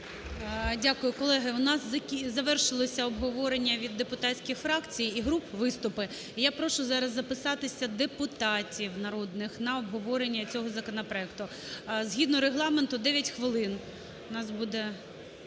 Дякую. Колеги, в нас завершилося обговорення від депутатських фракцій і груп виступи. І я прошу зараз записатися депутатів народних на обговорення цього законопроекту. Згідно регламенту 9 хвилин